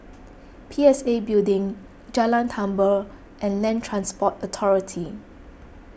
P S A Building Jalan Tambur and Land Transport Authority